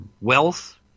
wealth